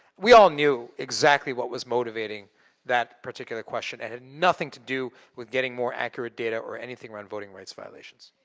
we all knew exactly what was motivating that particular question. it had nothing to do with getting more accurate data or anything around voting rights violations.